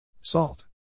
Salt